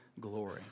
glory